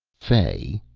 fay,